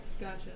Gotcha